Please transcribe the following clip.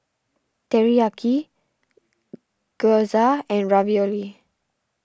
Teriyaki Gyoza and Ravioli